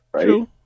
True